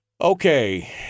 Okay